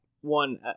one